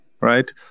right